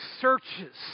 searches